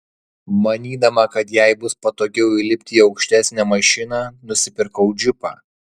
manydama kad jai bus patogiau įlipti į aukštesnę mašiną nusipirkau džipą